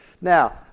Now